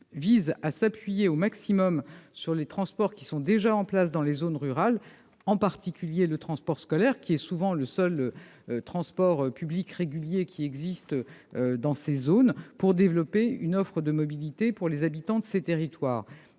vise à s'appuyer au maximum sur les transports déjà existants dans les zones rurales, en particulier le transport scolaire, qui est souvent le seul transport public régulier dans ces zones, pour développer une offre de mobilité à l'adresse des habitants de ces territoires.